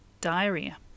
diarrhea